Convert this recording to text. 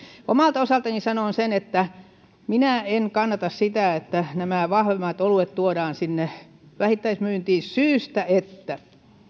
omalta osaltani sanon sen että minä en kannata sitä että nämä vahvemmat oluet tuodaan sinne vähittäismyyntiin syystä että